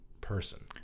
person